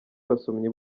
basomyi